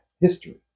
history